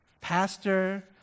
pastor